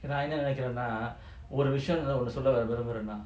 நான்என்னநெனைக்கிறேனாஒருவிஷயம்:nan enna nenaikrena oru visayam err